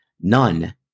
none